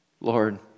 Lord